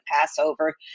Passover